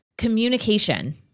Communication